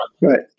Right